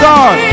God